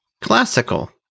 Classical